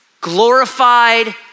glorified